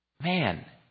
man